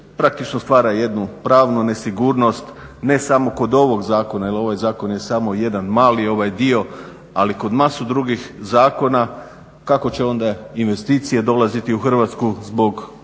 praktično stvara jednu pravnu nesigurnost, ne samo kod ovog zakona jer ovaj zakon je samo jedan mali ovaj dio, ali kod masu drugih zakona kako će onda investicije dolaziti u Hrvatsku zbog